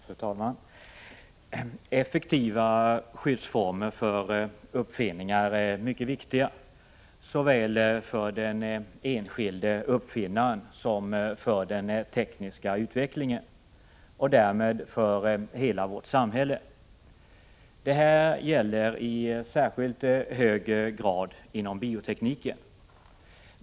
Fru talman! Effektiva skyddsformer för uppfinningar är mycket viktiga såväl för den enskilde uppfinnaren som för den tekniska utvecklingen och därmed för hela vårt samhälle. Detta gäller i särskilt hög grad inom biotekniken.